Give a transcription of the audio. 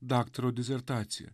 daktaro disertaciją